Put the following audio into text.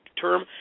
term